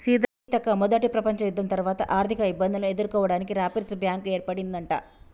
సీతక్క మొదట ప్రపంచ యుద్ధం తర్వాత ఆర్థిక ఇబ్బందులను ఎదుర్కోవడానికి రాపిర్స్ బ్యాంకు ఏర్పడిందట